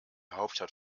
hauptstadt